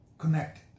connected